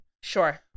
Sure